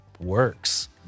works